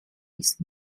ist